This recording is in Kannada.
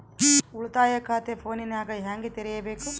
ಉಳಿತಾಯ ಖಾತೆ ಫೋನಿನಾಗ ಹೆಂಗ ತೆರಿಬೇಕು?